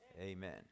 Amen